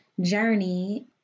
journey